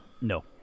No